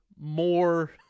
more